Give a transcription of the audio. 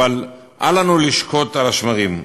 אבל אל לנו לשקוט על השמרים,